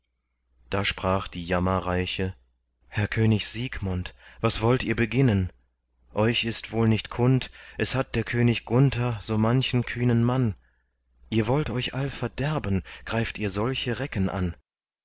da sprach die jammerreiche herr könig siegmund was wollt ihr beginnen euch ist wohl nicht kund es hat der könig gunther so manchen kühnen mann ihr wollt euch all verderben greift ihr solche recken an